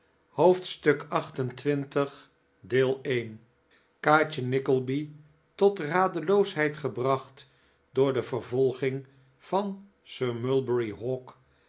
tuk xxviii kaatje nickleby tot radeloosheid gebracht door de vervolging van sir mulberry hawk